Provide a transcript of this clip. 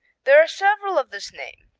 there are several of this name,